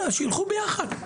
שילכו יחד.